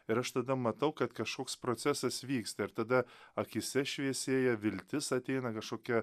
ir aš tada matau kad kažkoks procesas vyksta ir tada akyse šviesėja viltis ateina kašokia